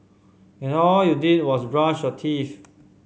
and all you did was brush your teeth